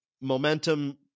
Momentum